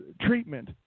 treatment